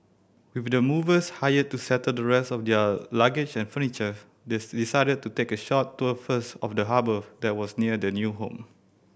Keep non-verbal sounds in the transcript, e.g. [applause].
with the movers hired to settle the rest of their luggage and furniture they [unintelligible] decided to take a short tour first of the harbour that was near their new home